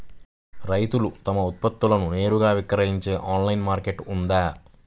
రైతులు తమ ఉత్పత్తులను నేరుగా విక్రయించే ఆన్లైను మార్కెట్ ఉందా?